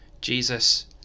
Jesus